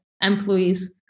employees